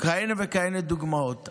כהנה וכהנה דוגמאות.